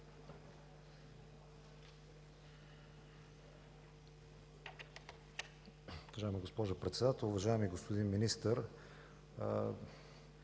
възможност